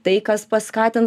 tai kas paskatins